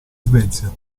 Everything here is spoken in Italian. svezia